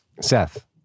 Seth